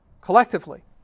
collectively